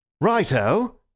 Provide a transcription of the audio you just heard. Righto